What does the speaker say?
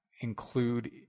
include